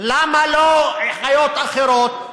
למה לא חיות אחרות?